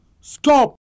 stop